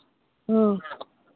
ह्म्म